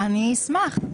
אני אשמח.